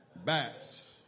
bats